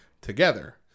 together